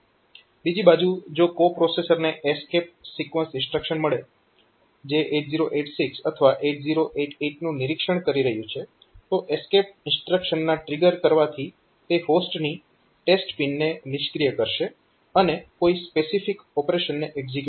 બીજી બાજુ જો કો પ્રોસેસરને એસ્કેપ સિક્વન્સ્ડ ઇન્સ્ટ્રક્શન મળે જે 8086 અથવા 8088 નું નિરીક્ષણ કરી રહ્યું છે તો એસ્કેપ ઇન્સ્ટ્રક્શનના ટ્રિગર કરવાથી તે હોસ્ટ ની TEST પિનને નિષ્ક્રિય કરશે અને કોઈ સ્પેસિફીક ઓપરેશનને એક્ઝીક્યુટ કરશે